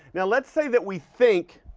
now let's say that we think,